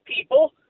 people